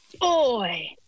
Boy